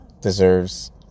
deserves